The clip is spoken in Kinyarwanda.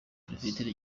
perefegitura